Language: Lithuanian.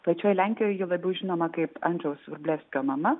pačioj lenkijoj ji labiau žinoma kaip andriaus vrublevskio mama